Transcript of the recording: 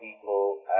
people